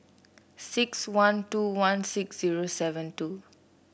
six one two one six zero seven two